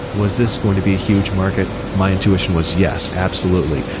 was this going to be a huge market? my intuition was yes, absolutely.